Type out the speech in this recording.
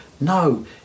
No